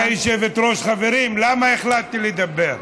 גברתי היושבת-ראש, חברים, למה החלטתי לדבר?